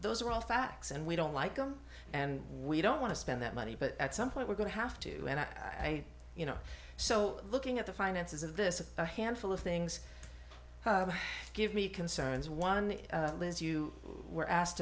those are all facts and we don't like them and we don't want to spend that money but at some point we're going to have to and i you know so looking at the finances of this of a handful of things give me concerns one liz you were asked